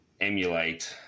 emulate